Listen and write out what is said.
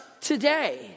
today